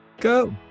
go